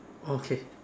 okay